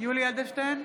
יולי יואל אדלשטיין,